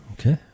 Okay